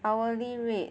hourly rate